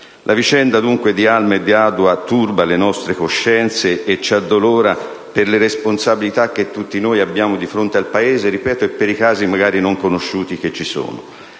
La vicenda di Alma e di Alua turba le nostre coscienze e ci addolora per le responsabilità che tutti noi abbiamo di fronte al Paese, lo ripeto, e per i casi magari non conosciuti che ci sono.